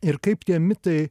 ir kaip tie mitai